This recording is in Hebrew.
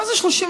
מה זה 30?